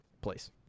place